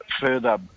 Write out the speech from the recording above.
further